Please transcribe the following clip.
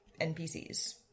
NPCs